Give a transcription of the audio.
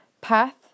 path